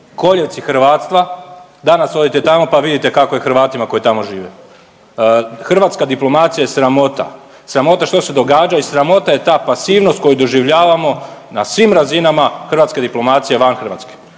kolijevci hrvatstva, danas odite tamo pa vidite kako je Hrvatima koji tamo žive. Hrvatska diplomacija je sramota, sramota što se događa i sramota je ta pasivnost koju doživljavamo na svim razinama hrvatske diplomacije van Hrvatske,